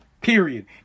period